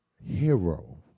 hero